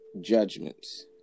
judgments